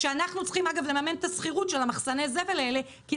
אנחנו צריכים לממן את השכירות של מחסני הזבל האלה כי,